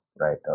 right